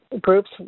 groups